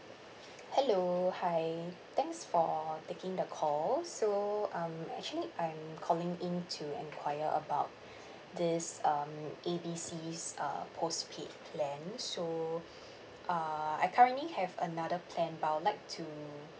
hello hi thanks for taking the call so um actually I'm calling in to inquire about this um A B C's uh postpaid plan so uh I currently have another plan but I would like to